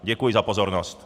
Děkuji za pozornost.